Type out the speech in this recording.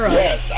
yes